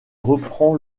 reprend